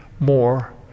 more